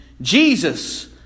Jesus